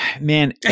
man